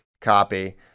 Copy